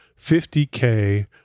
50K